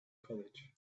college